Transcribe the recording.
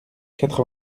quatre